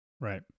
right